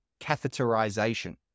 catheterization